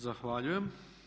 Zahvaljujem.